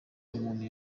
umuntu